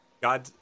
God